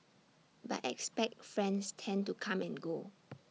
but expat friends tend to come and go